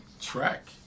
track